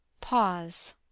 Pause